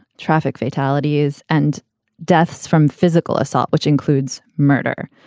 traffic fatalities and deaths from physical assault, which includes murder.